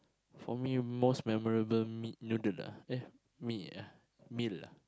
for me most memorable meat noodle ah eh mee ah meal ah